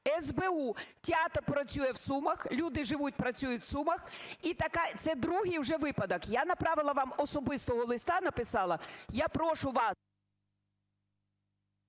СБУ. Театр працює в Сумах. Люди живуть, працюють в Сумах. Це другий вже випадок. Я направила вам особистого листа, написала. Я прошу вас…